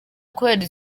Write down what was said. kubera